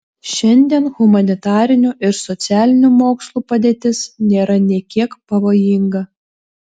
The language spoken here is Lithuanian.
šiandien humanitarinių ir socialinių mokslų padėtis nėra nė kiek pavojinga